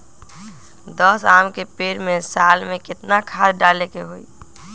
दस आम के पेड़ में साल में केतना खाद्य डाले के होई?